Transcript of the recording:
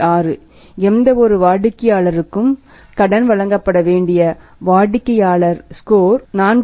6 எந்தவொரு வாடிக்கையாளருக்கும் கடன் வழங்கப்பட வேண்டிய வாடிக்கையாளர் ஸ்கோர் 4